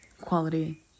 quality